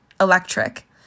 electric